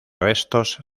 restos